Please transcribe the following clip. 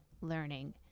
learning